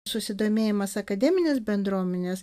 susidomėjimas akademinės bendruomenės